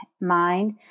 mind